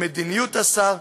למדיניות השר,